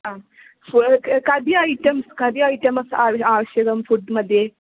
आं फ़ुल्क् कति ऐटम्स् कति ऐटम्स् आवश्यकं फ़ुड्मध्ये